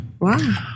Wow